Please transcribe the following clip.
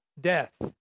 death